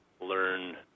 learn